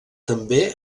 també